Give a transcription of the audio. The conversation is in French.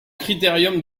critérium